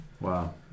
Wow